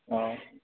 औ